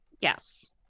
Yes